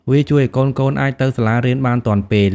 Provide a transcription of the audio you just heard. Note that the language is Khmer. វាជួយឲ្យ កូនៗអាចទៅសាលារៀនបានទាន់ពេល។